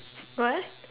what